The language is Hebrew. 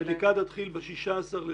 הבדיקה תתחיל ב-16 בדצמבר,